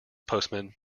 postman